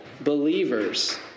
believers